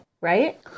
Right